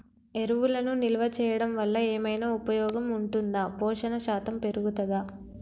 ఎరువులను నిల్వ చేయడం వల్ల ఏమైనా ఉపయోగం ఉంటుందా పోషణ శాతం పెరుగుతదా?